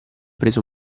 preso